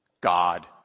God